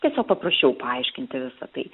tiesiog paprašiau paaiškinti visa tai